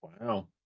Wow